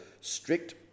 strict